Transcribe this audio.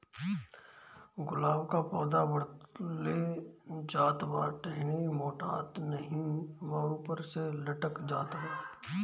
गुलाब क पौधा बढ़ले जात बा टहनी मोटात नाहीं बा ऊपर से लटक जात बा?